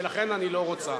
ולכן אני לא רוצה.